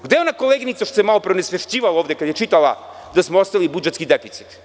Gde je ona koleginica što se malopre onesvešćivala ovde kada je čitala da smo ostavili budžetski deficit?